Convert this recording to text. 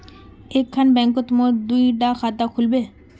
एक खान बैंकोत मोर दुई डा खाता खुल बे?